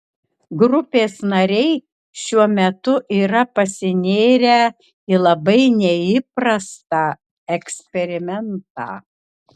grupės nariai šiuo metu yra pasinėrę į labai neįprastą eksperimentą